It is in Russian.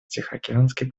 тихоокеанских